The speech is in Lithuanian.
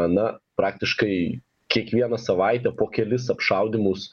na praktiškai kiekvieną savaitę po kelis apšaudymus